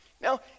now